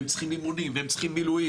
והם צריכים אימונים והם צריכים מילואים